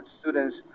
students